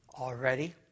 already